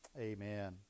Amen